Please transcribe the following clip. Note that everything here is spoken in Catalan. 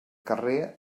carrer